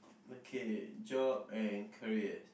okay job and career